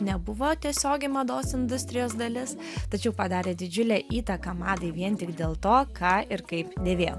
nebuvo tiesiogiai mados industrijos dalis tačiau padarė didžiulę įtaką madai vien tik dėl to ką ir kaip dėvėjo